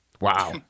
Wow